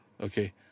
okay